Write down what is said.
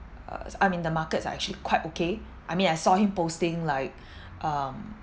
uh I'm in the markets are actually quite okay I mean I saw him posting like um